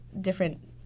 different